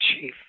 chief